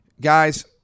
Guys